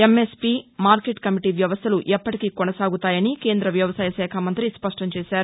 MSP market committee వ్యవస్థలు ఎప్పటికీ కొనసాగుతాయని కేంద్ర వ్యవసాయ శాఖ మం్తి స్పష్టం చేశారు